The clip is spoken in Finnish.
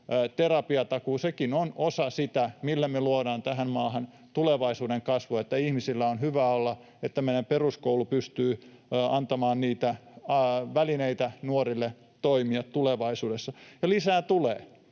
terapiatakuuseen, on osa sitä, millä me luodaan tähän maahan tulevaisuuden kasvua — että ihmisillä on hyvä olla ja meidän peruskoulu pystyy antamaan välineitä nuorille toimia tulevaisuudessa. Ja lisää tulee,